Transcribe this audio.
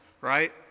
right